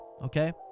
Okay